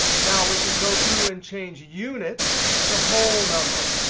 now we can go through and change units to whole number,